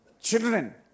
Children